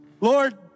Lord